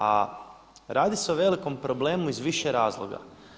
A radi se o velikom problemu iz više razloga.